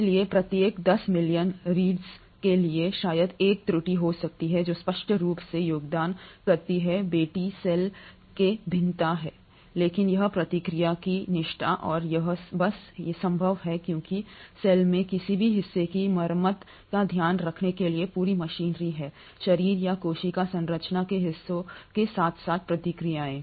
इसलिए प्रत्येक 10 million reads के लिए शायद 1 त्रुटि हो सकती है जो स्पष्ट रूप से योगदान करती है बेटी सेल में भिन्नता है लेकिन यह प्रक्रिया की निष्ठा है और यह बस है संभव है क्योंकि सेल में किसी भी हिस्से की मरम्मत का ध्यान रखने के लिए पूरी मशीनरी है शरीर या कोशिका संरचना के हिस्सों के साथ साथ प्रक्रियाएं